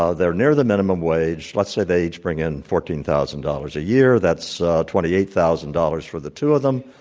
ah they're near the minimum wage. let's say they each bring in fourteen thousand dollars a year. that's twenty eight thousand dollars for the two of them.